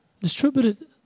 distributed